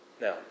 Now